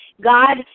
God